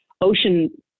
ocean